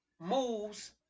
moves